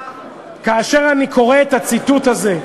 כאשר אני קורא את הציטוט הזה,